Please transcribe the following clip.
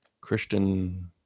Christian